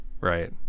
Right